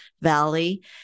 Valley